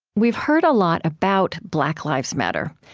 we've heard a lot about black lives matter,